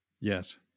Yes